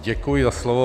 Děkuji za slovo.